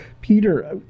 Peter